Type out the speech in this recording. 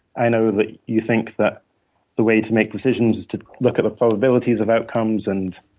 i know that you think that the way to make decisions is to look at the probabilities of outcomes and